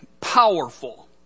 powerful